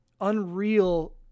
unreal